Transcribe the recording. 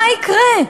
מה יקרה?